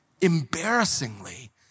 embarrassingly